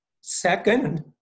Second